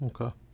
Okay